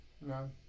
No